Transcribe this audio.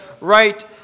right